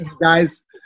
guys